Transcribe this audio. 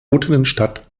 aufgestellt